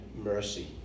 mercy